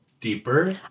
deeper